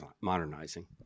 modernizing